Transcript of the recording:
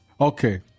Okay